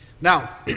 Now